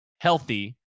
healthy